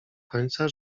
końca